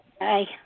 Hi